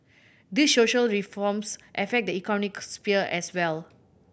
these social reforms affect the economic sphere as well